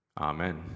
Amen